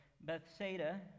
Bethsaida